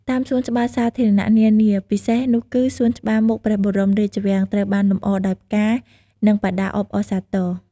តាមសួនច្បារសាធារណៈនានាពិសេសនោះគឺសួនច្បារមុខព្រះបរមរាជវាំងត្រូវបានលម្អដោយផ្កា និងបដាអបអរសាទរ។